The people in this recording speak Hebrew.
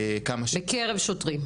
בקרב שוטרים.